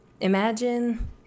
imagine